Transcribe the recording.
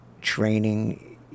training